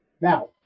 Now